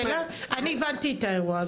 אני הבנתי את האירוע,